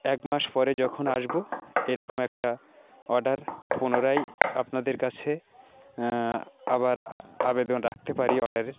এক মাস পরে যখন আসবো এরকম একটা অর্ডার পুনরায় আপনাদের কাছে আবার আবেদন রাখতে পারি অর্ডারের